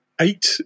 eight